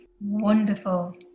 wonderful